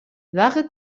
lavarit